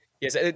Yes